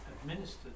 administered